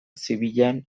zibilean